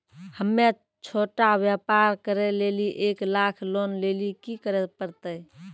हम्मय छोटा व्यापार करे लेली एक लाख लोन लेली की करे परतै?